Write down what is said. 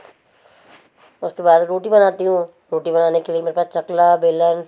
उसके बाद रोटी बनाती हूँ रोटी बनाने के लिए मेरे पास चकला बेलन